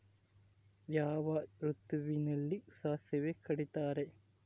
ಯಾವ ಋತುವಿನಲ್ಲಿ ಸಾಸಿವೆ ಕಡಿತಾರೆ?